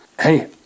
Hey